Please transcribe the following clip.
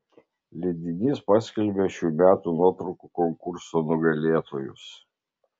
leidinys paskelbė šių metų nuotraukų konkurso nugalėtojus